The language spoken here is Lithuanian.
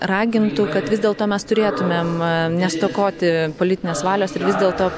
ragintų kad vis dėlto mes turėtumėm nestokoti politinės valios ir vis dėlto